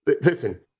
listen